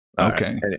Okay